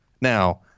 Now